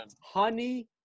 Honey